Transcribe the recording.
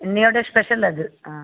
இன்னையோட ஸ்பெஷல் அது ஆ